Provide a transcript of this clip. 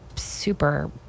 super